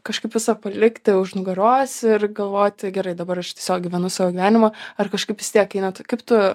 kažkaip visą palikti už nugaros ir galvoti gerai dabar aš tiesiog gyvenu savo gyvenimą ar kažkaip vis tiek einat kaip tu